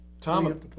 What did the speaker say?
tom